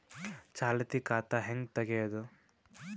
ಚಾಲತಿ ಖಾತಾ ಹೆಂಗ್ ತಗೆಯದು?